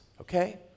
Okay